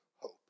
hope